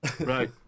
Right